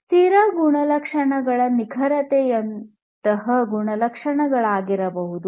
ಸ್ಥಿರ ಗುಣಲಕ್ಷಣಗಳು ನಿಖರತೆಯಂತಹ ಗುಣಲಕ್ಷಣಗಳಾಗಿರಬಹುದು